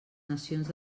nacions